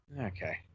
Okay